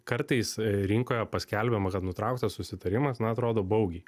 kartais rinkoje paskelbiama kad nutrauktas susitarimas na atrodo baugiai